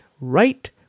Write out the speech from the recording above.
right